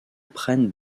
prennent